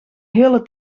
hele